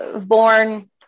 born